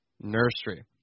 Nursery